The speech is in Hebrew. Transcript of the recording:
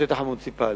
בשטח המוניציפלי,